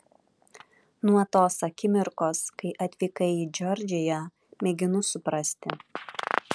nuo tos akimirkos kai atvykai į džordžiją mėginu suprasti